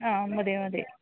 അ മതി മതി